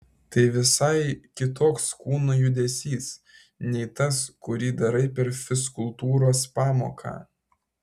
tai visai kitoks kūno judesys nei tas kurį darai per fizkultūros pamoką